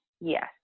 yes